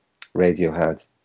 Radiohead